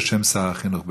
בשם שר החינוך,